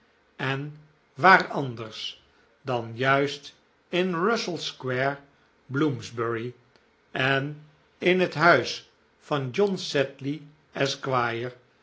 en waar anders dan juist in russell square bloomsbury en in het huis van john